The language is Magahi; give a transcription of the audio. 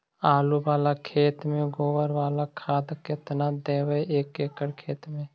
आलु बाला खेत मे गोबर बाला खाद केतना देबै एक एकड़ खेत में?